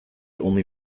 only